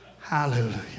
Hallelujah